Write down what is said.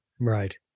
Right